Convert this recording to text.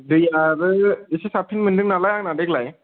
दैआबो एसे साबसिन मोनदों नालाय आंना देग्लाय